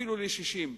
אפילו ל-60,